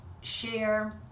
share